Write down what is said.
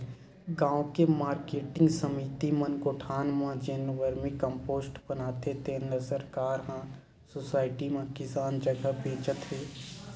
गाँव के मारकेटिंग समिति मन गोठान म जेन वरमी कम्पोस्ट बनाथे तेन ल सरकार ह सुसायटी म किसान जघा बेचत हे